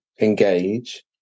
engage